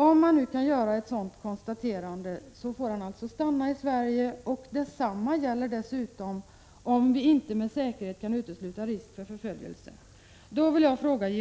Detsamma gäller även för den utlänning där vi inte med säkerhet kan utesluta risk för förföljelse.” Jag vill då fråga: Vet